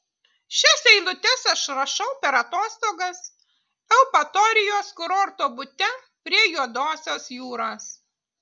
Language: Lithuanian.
šias eilutes aš rašau per atostogas eupatorijos kurorto bute prie juodosios jūros